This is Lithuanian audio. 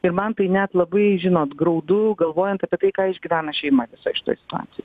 ir man tai net labai žinot graudu galvojant apie tai ką išgyvena šeima visa šitoj situacijoj